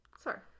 sir